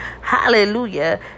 Hallelujah